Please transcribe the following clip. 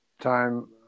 time